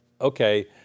okay